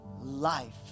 life